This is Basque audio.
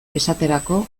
esaterako